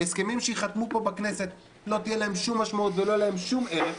להסכמים שייחתמו פה בכנסת לא תהיה שום משמעות ולא יהיה להם שום ערך.